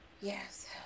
Yes